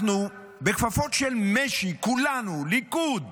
אנחנו, בכפפות של משי, כולנו, ליכוד,